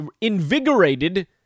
invigorated